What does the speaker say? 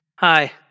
Hi